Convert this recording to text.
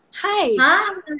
Hi